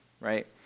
right